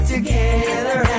together